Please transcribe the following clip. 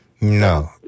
No